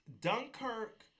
Dunkirk